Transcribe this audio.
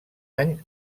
any